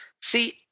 See